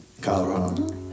Colorado